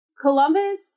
Columbus